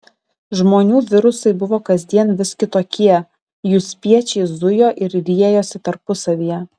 žmonių virusai buvo kasdien vis kitokie jų spiečiai zujo ir riejosi tarpusavyje